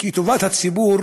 כי טובת הציבור